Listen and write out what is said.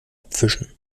abwischen